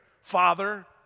Father